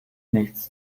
nichts